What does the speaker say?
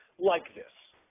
like this.